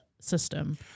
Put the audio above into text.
system